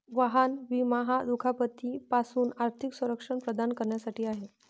वाहन विमा हा दुखापती पासून आर्थिक संरक्षण प्रदान करण्यासाठी आहे